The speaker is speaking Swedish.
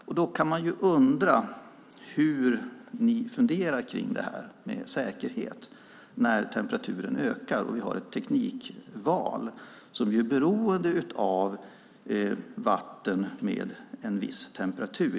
Därför kan man undra hur ni funderar på detta med säkerhet när temperaturen ökar och vi har ett teknikval som är beroende av vatten med en viss temperatur.